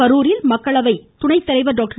கரூரில் மக்களவைத் துணைத்தலைவர் டாக்டர்